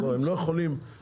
לא, לא, הם לא יכולים לעקוב.